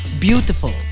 beautiful